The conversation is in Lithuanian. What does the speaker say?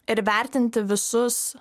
ir vertinti visus